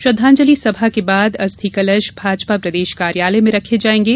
श्रद्वांजलि सभा के बाद अस्थिकलश भाजपा प्रदेश कार्यालय में रखे जाएंगे